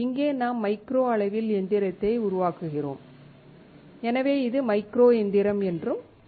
இங்கே நாம் மைக்ரோ அளவில் எந்திரத்தை உருவாக்குகிறோம் எனவே இது மைக்ரோ எந்திரம் என்றும் அழைக்கப்படுகிறது